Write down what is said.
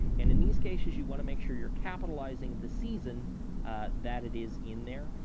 and in these cases you want to make sure you're capitalizing the season that it is in there.